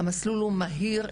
המסלול הוא מהיר,